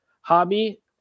hobby